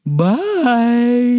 bye